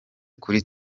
kuri